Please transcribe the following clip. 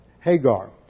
Hagar